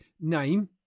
name